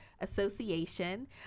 Association